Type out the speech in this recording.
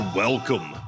welcome